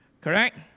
Correct